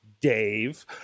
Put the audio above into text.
Dave